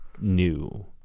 New